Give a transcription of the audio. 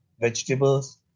vegetables